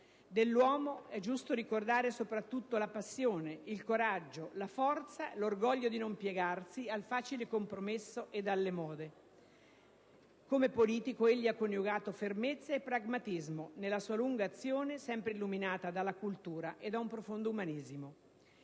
Dell'uomo è giusto ricordare soprattutto la passione, il coraggio, la forza e l'orgoglio di non piegarsi al facile compromesso e alle mode. Come politico egli ha coniugato fermezza e pragmatismo nella sua lunga azione sempre illuminata dalla cultura e da un profondo umanesimo.